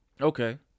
Okay